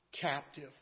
captive